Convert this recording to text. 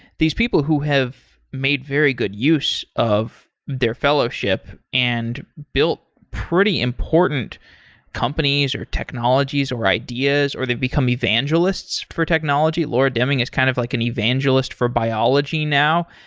these people who have made very good use of their fellowship and built pretty important companies or technologies or ideas or they've become evangelists for technology. laura deming is kind of like an evangelist for biology now.